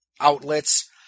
outlets